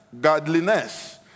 godliness